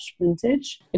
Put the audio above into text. vintage